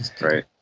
Right